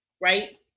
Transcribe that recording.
right